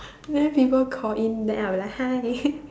many people call in then I'm like hi